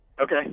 Okay